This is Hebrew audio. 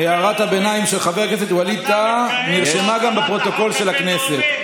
הערת הביניים של חבר הכנסת ווליד טאהא נרשמה גם בפרוטוקול של הכנסת.